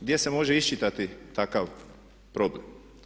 Gdje se može iščitati takav problem?